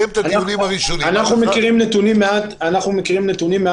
אנחנו מכירים נתונים מעט שונים.